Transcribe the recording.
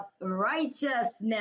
righteousness